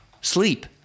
sleep